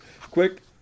Quick